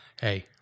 Hey